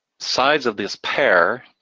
sides of this pair